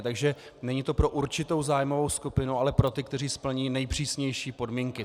Takže není to pro určitou zájmovou skupinu, ale pro ty, kteří splní nejpřísnější podmínky.